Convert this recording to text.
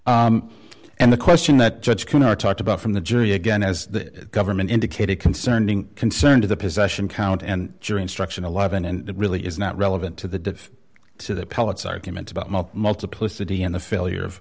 done and the question that judge can or talked about from the jury again as the government indicated concerning concern to the possession count and jury instruction eleven and it really is not relevant to the to the pellets argument about multiplicity and the failure of